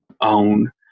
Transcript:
own